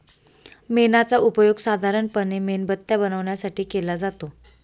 मेणाचा उपयोग साधारणपणे मेणबत्त्या बनवण्यासाठी केला जातो